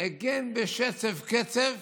הגן בשצף קצף